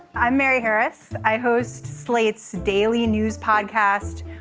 i'm mary harris. i host slate's daily news podcast.